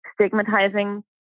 stigmatizing